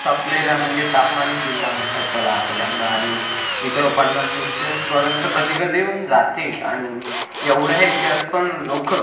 तपलेला म्हणजे तापमानी जिल्हा म्हणतात त्याला अकोल्याला आणि इथं पन्नास सेल्सिअस पर्यंत कधी कधी पण जाते आणि एवढ्या याच्यात पण लोकं